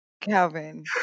calvin